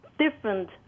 different